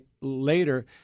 later